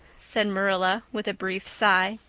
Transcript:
said marilla, with a brief sigh.